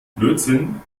blödsinn